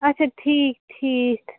اَچھا ٹھیٖک ٹھیٖک